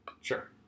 Sure